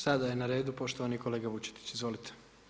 Sada je na redu poštovani kolega Vučetić, izvolite.